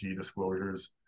disclosures